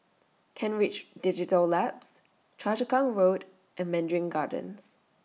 Kent Ridge Digital Labs Choa Chu Kang Road and Mandarin Gardens